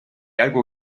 algo